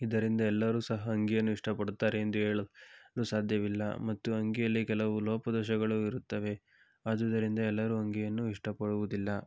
ಇದರಿಂದ ಎಲ್ಲರೂ ಸಹ ಅಂಗಿಯನ್ನು ಇಷ್ಟ ಪಡುತ್ತಾರೆ ಎಂದು ಹೇಳಲು ಸಾಧ್ಯವಿಲ್ಲ ಮತ್ತು ಅಂಗಿಯಲ್ಲಿ ಕೆಲವು ಲೋಪದೋಷಗಳು ಇರುತ್ತವೆ ಆದುದರಿಂದ ಎಲ್ಲರೂ ಅಂಗಿಯನ್ನು ಇಷ್ಟ ಪಡುವುದಿಲ್ಲ